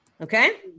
Okay